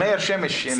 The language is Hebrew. מאיר שמש.